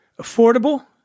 affordable